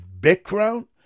background